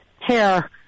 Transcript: hair